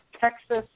Texas